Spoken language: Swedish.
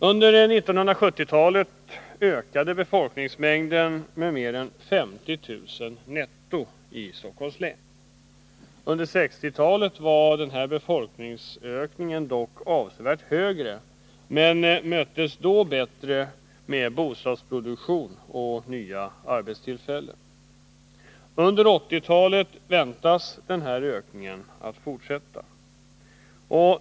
Under 1970-talet ökade befolkningsmängden med mer än 50 000 netto i Stockholms län. Under 1960-talet var befolkningsökningen dock avsevärt större, men möttes då bättre med bostadsproduktion och nya arbetstillfällen. Under 1980-talet väntas befolkningsökningen fortsätta.